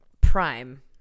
prime